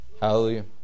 hallelujah